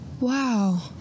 Wow